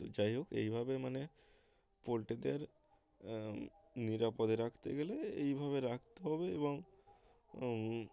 তো যাই হোক এইভাবে মানে পোলট্রিদের নিরাপদে রাখতে গেলে এইভাবে রাখতে হবে এবং